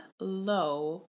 low